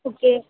okay